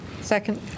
Second